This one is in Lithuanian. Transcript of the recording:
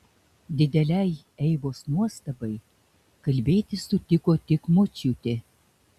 didelei eivos nuostabai kalbėti sutiko tik močiutė